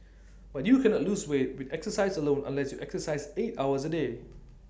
but you cannot lose weight with exercise alone unless you exercise eight hours A day